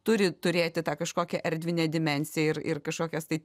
turi turėti tą kažkokią erdvinę dimensiją ir ir kažkokias tai